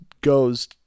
goes